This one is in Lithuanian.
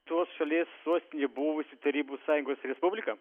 tos šalies sostinė buvusi tarybų sąjungos respublika